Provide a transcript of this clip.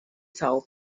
sao